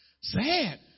Sad